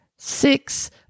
Six